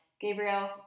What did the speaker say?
Gabriel